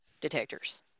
detectors